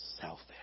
selfish